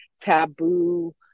taboo